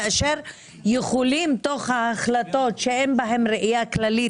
כאשר יכולים תוך ההחלטות שאין בהן ראיה כללית